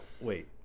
Wait